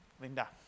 Linda